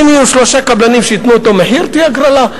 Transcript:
אז אם יהיו שלושה קבלנים שייתנו אותו מחיר תהיה הגרלה.